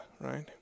right